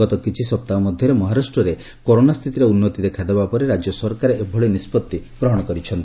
ଗତ କିଛି ସପ୍ତାହ ମଧ୍ୟରେ ମହାରାଷ୍ଟ୍ରରେ କରୋନା ସ୍ଥିତିରେ ଉନ୍ନତି ଦେଖାଦେବା ପରେ ରାଜ୍ୟ ସରକାର ଏଭଳି ନିଷ୍ପଭି ଗ୍ରହଣ କରିଛନ୍ତି